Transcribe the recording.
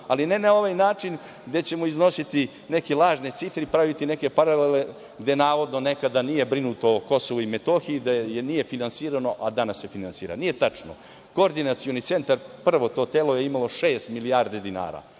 ali ne na ovaj način, gde ćemo iznositi neke lažne cifre i praviti neke paralele gde, navodno, nekada nije brinuto o Kosovu i Metohiji, da nije finansirano, a danas se finansira. Nije tačno. Koordinacioni centar, to prvo telo, imalo je šest milijarde dinara,